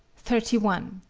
thirty one.